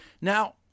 Now